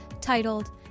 titled